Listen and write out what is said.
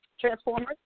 Transformers